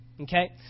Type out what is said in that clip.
Okay